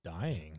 dying